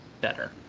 better